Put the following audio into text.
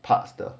parts 的